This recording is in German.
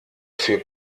für